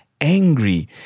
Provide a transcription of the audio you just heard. angry